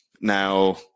Now